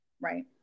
Right